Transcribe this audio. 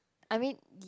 I mean